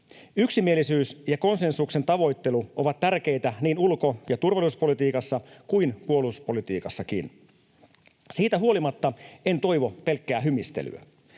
Yksimielisyys ja konsensuksen tavoittelu ovat tärkeitä niin ulko‑ ja turvallisuuspolitiikassa kuin puolustuspolitiikassakin. Siitä huolimatta en toivo pelkkää hymistelyä.